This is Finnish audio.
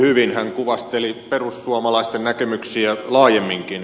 hän kuvasteli perussuomalaisten näkemyksiä laajemminkin